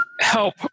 help